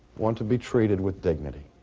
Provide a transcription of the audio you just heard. want to be treated with dignity?